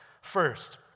first